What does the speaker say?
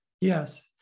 yes